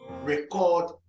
record